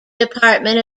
department